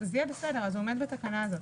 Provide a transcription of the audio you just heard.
זה יהיה בסדר וזה עומד בתקנה הזאת.